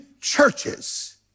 churches